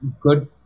good